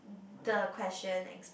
the question explains